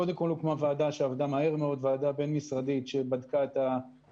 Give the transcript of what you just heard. קודם כל הוקמה ועדה בין-משרדית שעבדה מהר מאוד ובדקה את החלופות,